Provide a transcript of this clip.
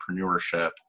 entrepreneurship